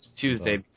Tuesday